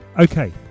okay